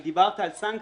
דיברת על סנקציות,